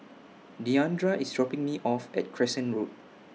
Deandra IS dropping Me off At Crescent Road